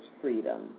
freedom